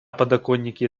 подоконнике